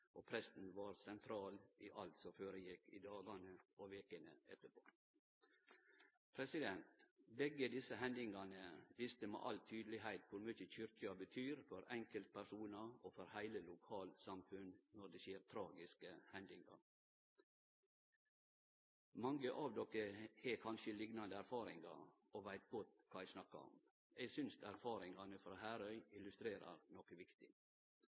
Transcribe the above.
og presten var sentral i alt som føregjekk i dagane og vekene etterpå. Begge desse hendingane viste med all tydelegheit kor mykje Kyrkja betyr for enkeltpersonar og for heile lokalsamfunn når det skjer tragiske hendingar. Mange av dykk har kanskje liknande erfaringar og veit godt kva eg snakkar om. Eg synest erfaringane frå Herøy illustrerer noko viktig.